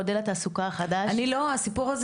מודל התעסוקה החדש --- הסיפור הזה